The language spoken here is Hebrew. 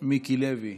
מיקי לוי,